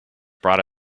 brought